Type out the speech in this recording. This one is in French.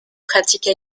pratiques